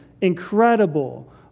incredible